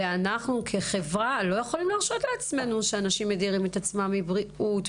אנחנו כחברה לא יכולים להרשות לעצמנו מצב שאנשים ידירו עצמם מבריאות,